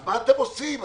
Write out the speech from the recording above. אז מה אתם עושים?